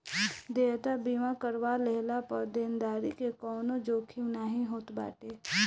देयता बीमा करवा लेहला पअ देनदारी के कवनो जोखिम नाइ होत बाटे